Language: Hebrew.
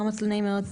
נעים מאוד,